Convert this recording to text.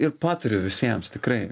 ir patariu visiems tikrai